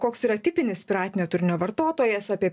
koks yra tipinis piratinio turinio vartotojas apie